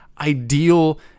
ideal